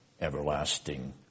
everlasting